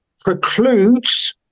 precludes